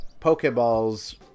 Pokeballs